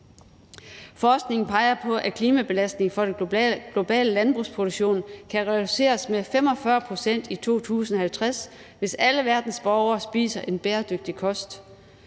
Forskningen peger på, at klimabelastningen for den globale landbrugsproduktion kan reduceres med 45 pct. i 2050, hvis alle verdens borgere spiser en bæredygtig kost.